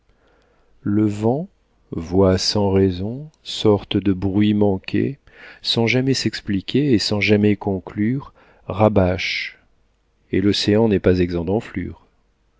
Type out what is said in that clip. le vent voix sans raison sorte de bruit manqué sans jamais s'expliquer et sans jamais conclure rabâche et l'océan n'est pas exempt d'enflure